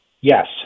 Yes